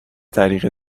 طریق